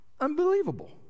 Unbelievable